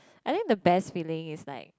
and then the best feeling is like